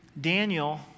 Daniel